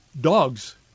Dogs